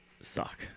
suck